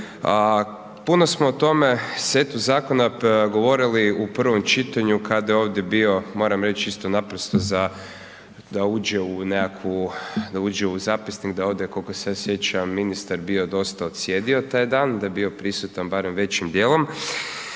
Puno smo o tome setu zakona govorili u prvom čitanju kada je ovdje bio, moram reći isto naprosto za, da uđe u nekakvu, da uđe u zapisnik, da ovdje koliko se ja sjećam, ministar bio dosta odsjedio taj dan, da je bio prisutan barem većim dijelom